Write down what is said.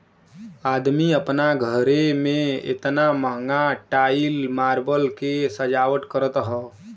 अदमी आपन घरे मे एतना महंगा टाइल मार्बल के सजावट करत हौ